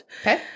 Okay